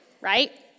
right